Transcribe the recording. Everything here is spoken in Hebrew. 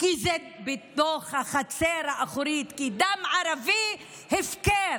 כי זה בתוך החצר האחורית, כי דם ערבי, הפקר.